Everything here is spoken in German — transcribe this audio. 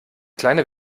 kleine